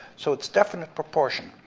so it's definite proportion.